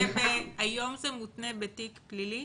בתיק פלילי?